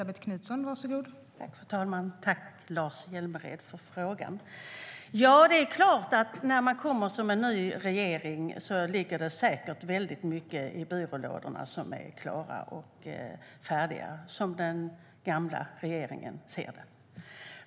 Fru talman! Jag tackar Lars Hjälmered för frågan. När man kommer som ny regering ligger det säkert väldigt mycket i byrålådorna som är klart och färdigt, som den gamla regeringen ser det.